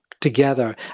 Together